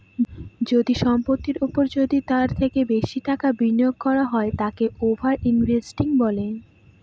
যদি সম্পত্তির ওপর যদি তার থেকে বেশি টাকা বিনিয়োগ করা হয় তাকে ওভার ইনভেস্টিং বলে